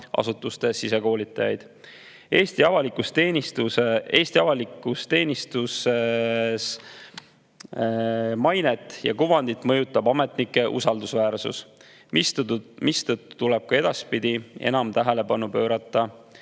asutuste sisekoolitajaid. Eesti avaliku teenistuse mainet ja kuvandit mõjutab ametnike usaldusväärsus, mistõttu tuleb ka edaspidi pöörata enam tähelepanu